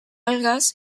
algues